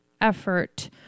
effort